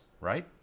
right